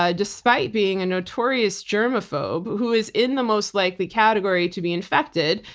ah despite being a notorious germaphobe who is in the most likely category to be infected,